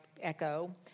Echo